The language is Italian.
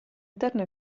interno